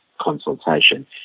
consultation